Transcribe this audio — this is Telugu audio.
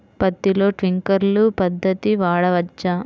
పత్తిలో ట్వింక్లర్ పద్ధతి వాడవచ్చా?